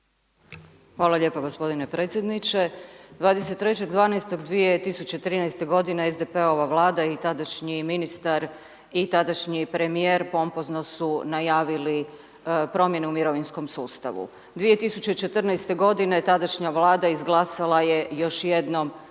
Hvala lijepa gospodine predsjedniče. 23.12.2013. godine SDP-ova vlada i tadašnji ministar i tadašnji premijer pompozno su najavili promjene u mirovinskom sustavu. 2014. godine tadašnja vlada izglasala je, još jednom